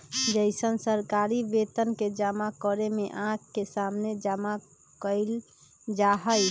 जैसन सरकारी वेतन के जमा करने में आँख के सामने जमा कइल जाहई